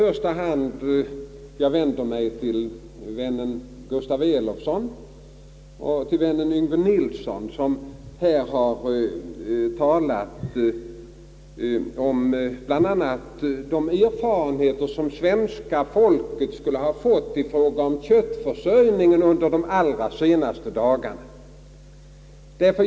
Jag vänder mig då i första hand till vännen Gustaf Elofsson och till vännen Yngve Nilsson, som har talat bl.a. om de erfarenheter som svenska folket skulle ha fått i fråga om köttförsörjningen under de allra senaste dagarna.